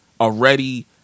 already